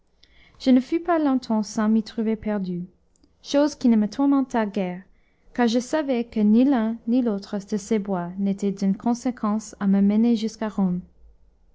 je ne fus pas longtemps sans m'y trouver perdu chose qui ne me tourmenta guère car je savais que ni l'un ni l'autre de ces bois n'était d'une conséquence à me mener jusqu'à rome